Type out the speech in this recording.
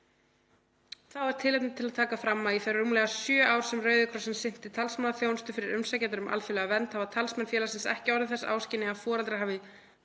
Þá er tilefni til að taka fram að þau rúmlega sjö ár sem Rauði krossinn sinnti talsmannaþjónustu fyrir umsækjendur um alþjóðlega vernd hafa talsmenn félagsins ekki orðið þess áskynja að foreldrar hafi